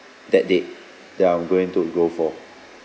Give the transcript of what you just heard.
that date that I'm going to go for